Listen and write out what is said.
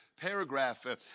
paragraph